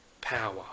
power